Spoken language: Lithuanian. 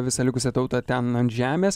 visą likusią tautą ten ant žemės